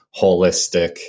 holistic